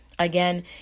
again